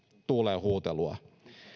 tuuleen huutelua